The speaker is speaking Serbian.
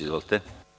Izvolite.